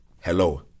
hello